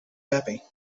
happy